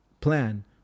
plan